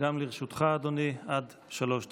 גם לרשותך, אדוני, עד שלוש דקות.